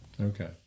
Okay